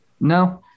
no